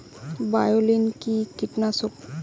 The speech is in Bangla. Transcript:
বায়োলিন কি কীটনাশক?